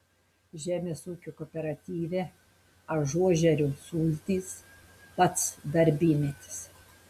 žemės ūkio kooperatyve ažuožerių sultys pats darbymetis